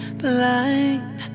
blind